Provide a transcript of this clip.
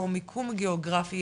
או מיקום גאוגרפי,